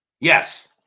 Yes